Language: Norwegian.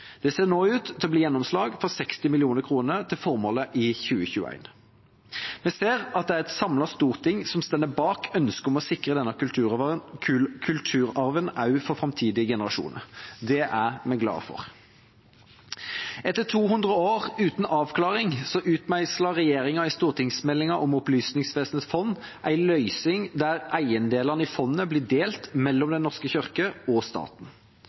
Det ser nå ut til å bli gjennomslag for 60 mill. kr til formålet i 2021. Vi ser at det er et samlet storting som står bak ønsket om å sikre denne kulturarven også for framtidige generasjoner. Det er vi glade for. Etter 200 år uten avklaring utmeislet regjeringa i stortingsmeldinga om Opplysningsvesenets fond en løsning der eiendelene i fondet blir delt mellom Den norske kirke og staten.